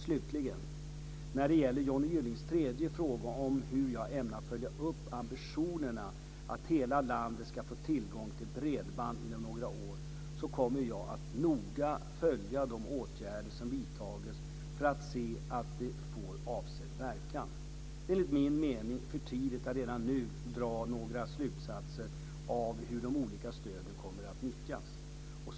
Slutligen när det gäller Johnny Gyllings tredje fråga, om hur jag ämnar följa upp ambitionerna att hela landet ska få tillgång till bredband inom några år, kommer jag att noga följa de åtgärder som vidtagits för att se att de får avsedd verkan. Det är enligt min mening för tidigt att redan nu dra några slutsatser av hur de olika stöden kommer att nyttjas.